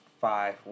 five